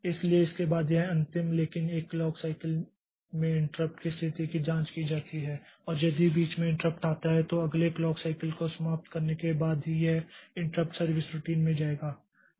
इसलिए इसके बाद यह अंतिम लेकिन एक क्लॉक साइकल में इंट्रप्ट की स्थिति की जांच की जाती है और यदि बीच में इंट्रप्ट आता है तो अगले क्लॉक साइकल को समाप्त करने के बाद ही यह इंट्रप्ट सर्विस रूटीन में जाएगा